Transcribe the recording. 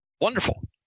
wonderful